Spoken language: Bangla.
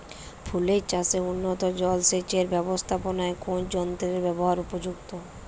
ফুলের চাষে উন্নত জলসেচ এর ব্যাবস্থাপনায় কোন যন্ত্রের ব্যবহার উপযুক্ত?